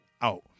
out